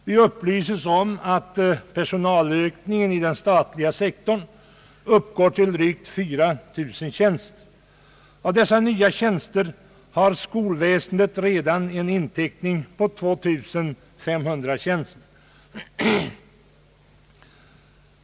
Vi upplyses om att personalökningen på den statliga sektorn uppgår till drygt 4000 tjänster. I dessa nya tjänster har skolväsendet redan en inteckning på 2500.